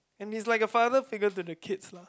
and he is like the father figure to the kids lah